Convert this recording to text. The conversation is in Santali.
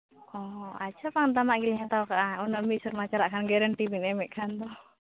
ᱚ ᱻ ᱟᱪᱪᱷᱟ ᱠᱚᱢ ᱫᱟᱢᱟᱜ ᱜᱤᱧ ᱦᱟᱛᱟᱣ ᱠᱟᱜᱼᱟ ᱩᱱᱟᱹᱜ ᱢᱤᱫ ᱥᱚᱨᱢᱟ ᱪᱟᱞᱟᱜ ᱠᱷᱟᱱ ᱜᱮᱨᱮᱱᱴᱤ ᱵᱮᱱ ᱮᱢᱮᱜ ᱠᱷᱟᱱ ᱫᱚ